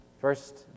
First